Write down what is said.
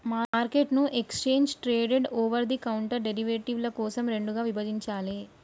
మార్కెట్ను exchange traded, over the counter డెరివేటివ్ల కోసం రెండుగా విభజించాలే